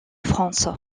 france